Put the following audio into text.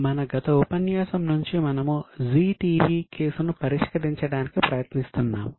మన గత ఉపన్యాసం నుంచి మనము జీ టీవీ కేసును పరిష్కరించడానికి ప్రయత్నిస్తున్నాము